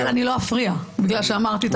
אני לא אפריע, בגלל שאמרתי את הכול.